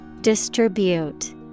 Distribute